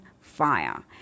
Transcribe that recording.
fire